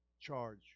charge